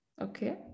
Okay